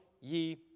ye